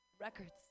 records